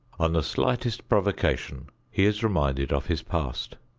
on the slightest provocation he is reminded of his past.